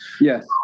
Yes